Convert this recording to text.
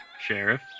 Sheriff